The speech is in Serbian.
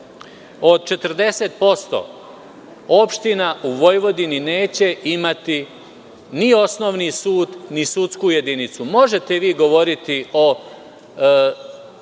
od 40% opština u Vojvodini neće imati ni osnovni sud ni sudsku jedinicu. Možete vi govoriti o